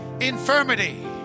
infirmity